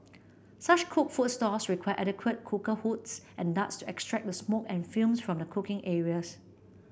such cooked food stalls require adequate cooker hoods and ducts to extract the smoke and fumes from the cooking areas